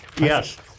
Yes